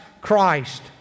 Christ